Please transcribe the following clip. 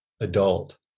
adult